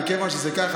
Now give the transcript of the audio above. מכיוון שזה כך,